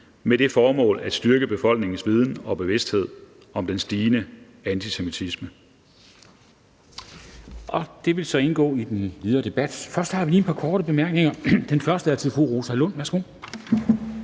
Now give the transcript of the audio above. med det formål at styrke befolkningens viden og bevidsthed om den stigende antisemitisme.«